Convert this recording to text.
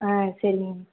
ஆ சரிங்க